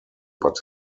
but